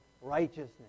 righteousness